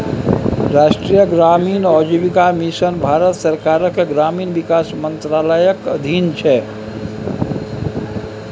राष्ट्रीय ग्रामीण आजीविका मिशन भारत सरकारक ग्रामीण विकास मंत्रालयक अधीन छै